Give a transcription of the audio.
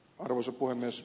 arvoisa puhemies